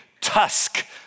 tusk